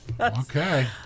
Okay